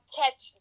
catch